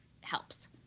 helps